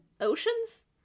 Oceans